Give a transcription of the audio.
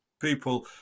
people